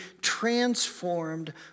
transformed